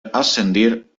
ascendir